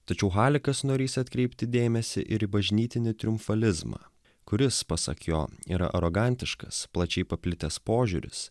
tačiau halikas norįs atkreipti dėmesį ir į bažnytinį triumfalizmą kuris pasak jo yra arogantiškas plačiai paplitęs požiūris